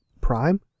prime